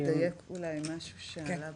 רק לדייק משהו שעלה בדברים,